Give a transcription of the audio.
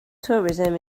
tourism